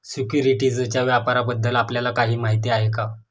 सिक्युरिटीजच्या व्यापाराबद्दल आपल्याला काही माहिती आहे का?